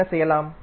என்ன செய்யலாம்